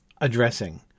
addressing